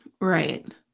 right